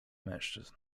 mężczyzn